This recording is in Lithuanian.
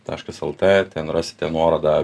taškas lt ten rasite nuorodą